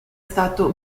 stato